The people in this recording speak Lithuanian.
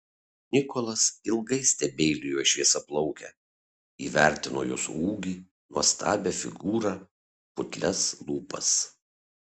nikolas ilgai stebeilijo į šviesiaplaukę įvertino jos ūgį nuostabią figūrą putlias lūpas